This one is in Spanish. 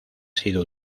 sido